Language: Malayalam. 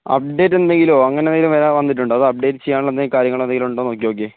അപ്ഡേറ്റ് എന്തെങ്കിലും അങ്ങനെയെന്തെങ്കിലും വന്നിട്ടുണ്ടോ അതോ അപ്ഡേറ്റ് ചെയ്യാൻ വല്ല കാര്യങ്ങള് എന്തെങ്കിലുമുണ്ടോയെന്ന് നോക്കിയെ